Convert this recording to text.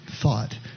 thought